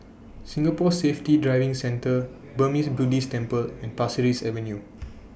Singapore Safety Driving Centre Burmese Buddhist Temple and Pasir Ris Avenue